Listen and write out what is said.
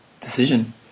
decision